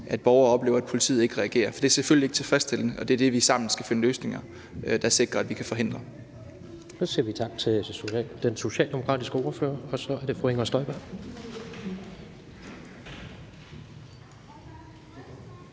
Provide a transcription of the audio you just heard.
at borgere oplever, at politiet ikke reagerer. For det er selvfølgelig ikke tilfredsstillende, og det er det, vi sammen skal finde løsninger på, der sikrer, at vi forhindrer